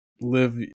live